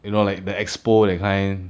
you know like the expo that kind